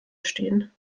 stehen